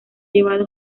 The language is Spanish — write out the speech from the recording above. llevado